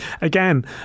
again